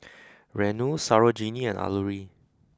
Renu Sarojini and Alluri